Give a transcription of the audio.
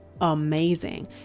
amazing